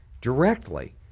directly